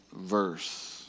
verse